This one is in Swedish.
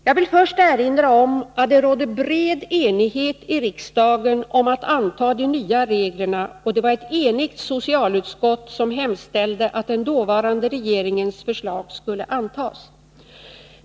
Jag vill först erinra om att det rådde bred enighet i riksdagen om att anta de nya reglerna och det var ett enigt socialutskott, som hemställde de nya reglerna att den dåvarande regeringens förslag skulle antas.